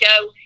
go